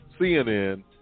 CNN